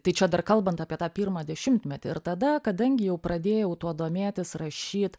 tai čia dar kalbant apie tą pirmą dešimtmetį ir tada kadangi jau pradėjau tuo domėtis rašyt